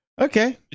okay